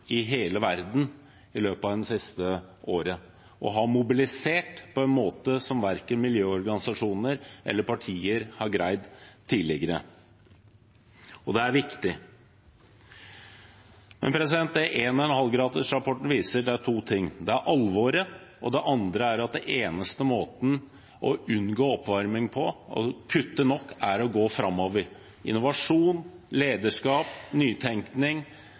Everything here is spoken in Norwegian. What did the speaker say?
i hele verden i løpet av det siste året, og har mobilisert på en måte som verken miljøorganisasjoner eller partier har greid tidligere. Det er viktig. Men 1,5-gradersrapporten viser to ting. Det første er alvoret, og det andre er at den eneste måten å unngå oppvarming på, altså kutte nok, er å gå framover – innovasjon, lederskap,